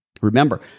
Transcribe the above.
Remember